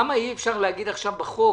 למה אי אפשר להגיד עכשיו בחוק